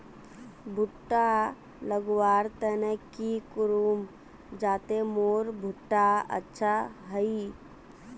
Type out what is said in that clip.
भुट्टा लगवार तने की करूम जाते मोर भुट्टा अच्छा हाई?